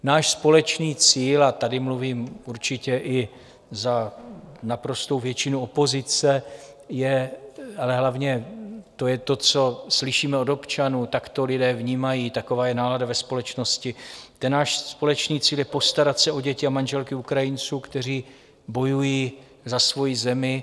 Náš společný cíl a tady mluvím určitě i za naprostou většinu opozice je a hlavně to je to, co slyšíme od občanů, tak to lidé vnímají, taková je nálada ve společnosti náš společný cíl je postarat se o děti a manželky Ukrajinců, kteří bojují za svoji zemi.